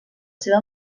seva